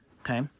okay